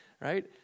right